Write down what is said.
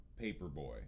Paperboy